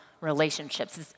relationships